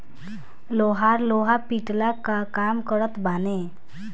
लोहार लोहा पिटला कअ काम करत बाने